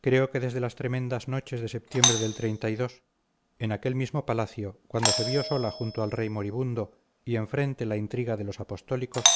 creo que desde las tremendas noches de septiembre del en aquel mismo palacio cuando se vio sola junto al rey moribundo y enfrente la intriga de los apostólicos